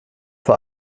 vor